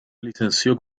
licenció